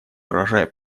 урожай